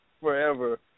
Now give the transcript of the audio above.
forever